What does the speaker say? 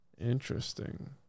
Interesting